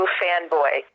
fanboy